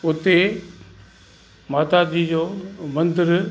उते माता जी जो मंदिर